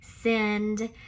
send